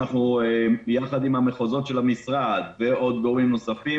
ביחד עם המחוזות של המשרד ועוד גורמים נוספים